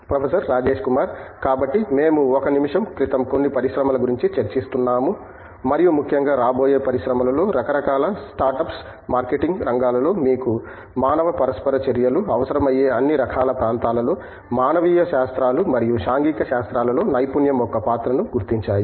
professor Rajesh Kumar కాబట్టి మేము ఒక నిమిషం క్రితం కొన్ని పరిశ్రమల గురించి చర్చిస్తున్నాము మరియు ముఖ్యంగా రాబోయే పరిశ్రమలలో రకరకాల స్టార్టప్లు మార్కెటింగ్ రంగాలలో మీకు మానవ పరస్పర చర్యలు అవసరమయ్యే అన్ని రకాల ప్రాంతాలలో మానవీయ శాస్త్రాలు మరియు సాంఘిక శాస్త్రాలలో నైపుణ్యం యొక్క పాత్రను గుర్తించాయి